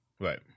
Right